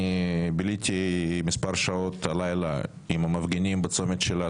אני ביליתי מספר שעות הלילה עם המפגינים בצומת שילת.